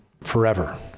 forever